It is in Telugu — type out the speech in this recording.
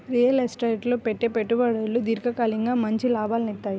రియల్ ఎస్టేట్ లో పెట్టే పెట్టుబడులు దీర్ఘకాలికంగా మంచి లాభాలనిత్తయ్యి